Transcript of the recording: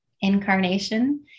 incarnation